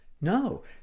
No